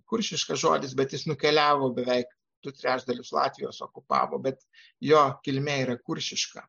kuršiškas žodis bet jis nukeliavo beveik du trečdalius latvijos okupavo bet jo kilmė yra kuršiška